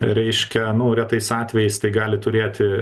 reiškia nu retais atvejais tai gali turėti